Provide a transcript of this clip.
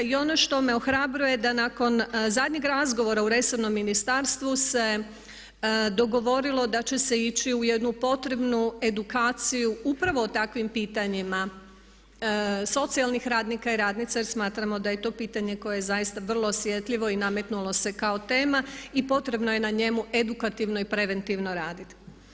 I ono što me ohrabruje da nakon zadnjeg razgovora u resornom ministarstvu se dogovorilo da će se ići u jednu potrebnu edukaciju upravo o takvim pitanjima socijalnih radnika i radnica jer smatramo da je to pitanje koje je zaista vrlo osjetljivo i nametnulo se kao tema i potrebno je na njemu edukativno i preventivno radit.